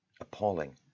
Appalling